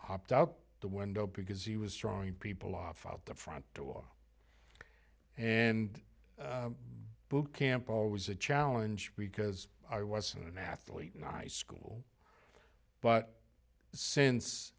hopped out the window because he was drawing people off out the front door and boot camp always a challenge because i was an athlete nice school but since